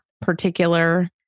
particular